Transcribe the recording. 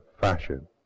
fashion